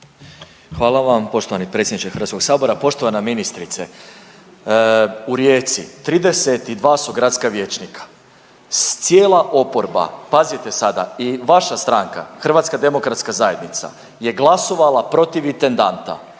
Hvala vam poštovani predsjedniče Hrvatskog sabora. Poštovana ministrice, u Rijeci 32 su gradska vijećnika cijela oporba, pazite sada i vaša stranka HDZ je glasovala protiv intendanta,